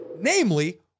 namely